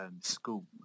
school